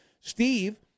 Steve